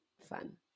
fun